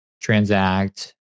transact